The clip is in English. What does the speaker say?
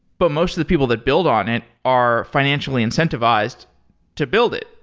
but most of the people that build on it are financially incentivized to build it,